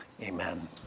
Amen